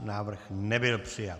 Návrh nebyl přijat.